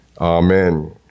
Amen